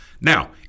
Now